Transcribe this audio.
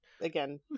again